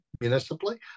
municipally